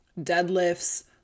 deadlifts